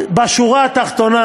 בשורה התחתונה,